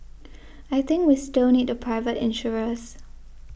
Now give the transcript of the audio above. I think we still need the private insurers